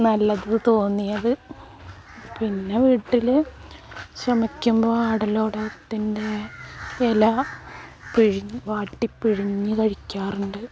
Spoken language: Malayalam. നല്ലത് തോന്നിയത് പിന്നെ വീട്ടിൽ ചുമക്കുമ്പോൾ ആടലോടകത്തിൻ്റെ ഇല പിഴിഞ്ഞ് വാട്ടി പിഴിഞ്ഞ് കഴിക്കാറുണ്ട്